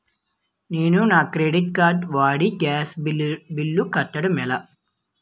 నేను నా credit card వాడి గ్యాస్ బిల్లు కట్టడం ఎలా?